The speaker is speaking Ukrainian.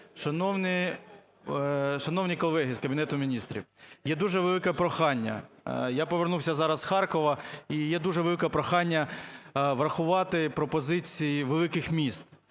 Шановні колеги з Кабінету Міністрів, є дуже велике прохання. Я повернувся зараз з Харкова, і є дуже велике прохання врахувати пропозиції великих міст.